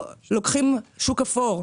פונים לשוק האפור.